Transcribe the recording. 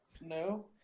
no